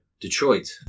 Detroit